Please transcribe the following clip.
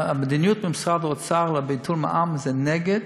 המדיניות במשרד האוצר לביטול מע"מ היא נגד,